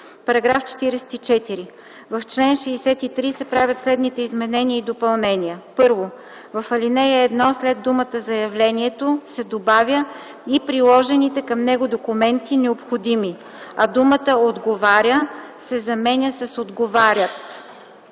„§ 44. В чл. 63 се правят следните изменения и допълнения: 1. В ал. 1 след думата „заявлението” се добавя „и приложените към него документи, необходими”, а думата „отговаря” се заменя с „отговарят”.